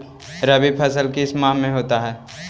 रवि फसल किस माह में होता है?